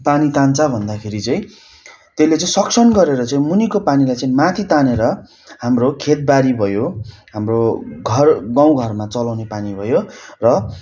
पानी तान्छ भन्दाखेरि चाहिँ त्यसले चाहिँ सक्सन गरेर चाहिँ मुनिको पानीलाई चाहिँ माथि तानेर हाम्रो खेतबारी भयो हाम्रो घर गाउँ घरमा चलाउने पानी भयो र